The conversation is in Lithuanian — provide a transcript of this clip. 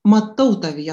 matau tavyje